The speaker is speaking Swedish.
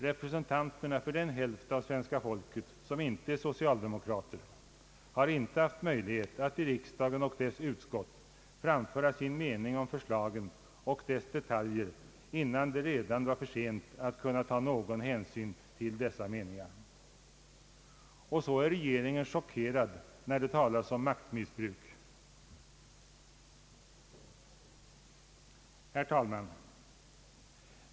Representanterna för den hälft av svenska folket som inte är socialdemokrater har inte haft möjlighet att i riksdagen och dess utskott framföra sin mening om förslagen och dess detaljer innan det redan var för sent att kunna ta någon hänsyn till des sa meningar. Och sedan är regeringen chockerad när det talas om maktmissbruk! Herr talman!